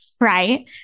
Right